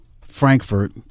Frankfurt